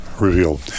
revealed